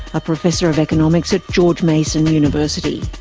a professor of economics at george mason university.